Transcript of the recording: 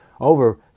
over